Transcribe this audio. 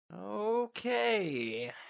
okay